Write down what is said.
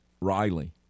Riley